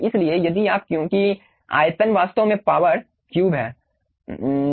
इसलिए यदि आप क्योंकि आयतन वास्तव में पावर क्यूब है